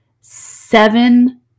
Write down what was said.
seven